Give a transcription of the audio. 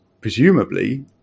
presumably